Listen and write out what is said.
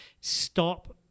stop